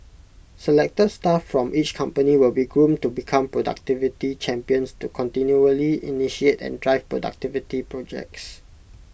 selected staff from each company will be groomed to become productivity champions to continually initiate and drive productivity projects